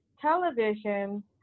television